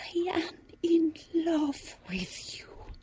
yeah in love with you!